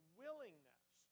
willingness